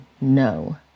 no